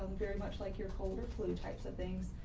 very much like you're cold or flu types of things.